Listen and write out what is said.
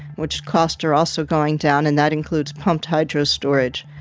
which costs are also going down, and that includes pumped hydro storage,